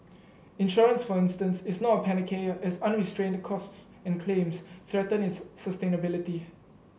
insurance for instance is not a panacea as unrestrained costs and claims threaten its sustainability